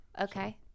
okay